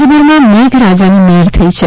રાજ્યભરમાં મેઘરાજાની મહેર થઇ છે